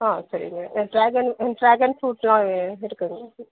ஆ சரிங்க இங்கே dragon dragon ஃபுரூட்ஸ்லாம் இருக்குங்க இருக்குது